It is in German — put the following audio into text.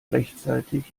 rechtzeitig